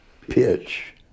pitch